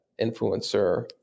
influencer